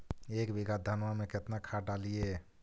एक बीघा धन्मा में केतना खाद डालिए?